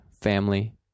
family